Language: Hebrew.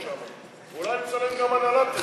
אולי נצלם גם הנהלת עיר.